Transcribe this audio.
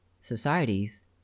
societies